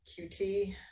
QT